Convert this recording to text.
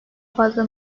fazla